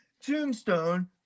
tombstone